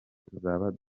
tuzaba